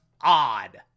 odd